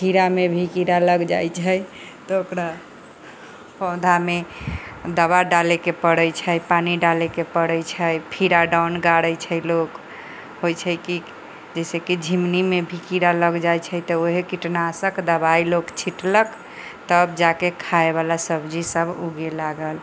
खीरा मे भी कीड़ा लग जाइ छै तऽ ओकरा पौधा मे दबा डाले के परै छै पानी डाले के परै छै फिराडाउन गारै छै लोक होइ छै की जैसेकि झिंगुनी मे भी कीड़ा लग जाइ छै तऽ ओहे कीटनाशक दबाई लोक छीटलक तब जाके खाय बला सब्जी सब उगे लागल